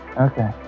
Okay